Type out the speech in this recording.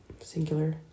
singular